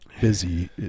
busy